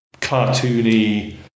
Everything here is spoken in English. cartoony